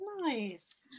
Nice